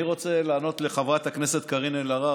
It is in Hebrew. אני רוצה לענות לחברת הכנסת קארין אלהרר,